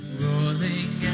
rolling